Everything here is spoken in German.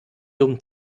dumm